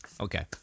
Okay